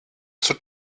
zur